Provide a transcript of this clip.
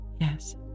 Yes